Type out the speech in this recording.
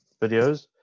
videos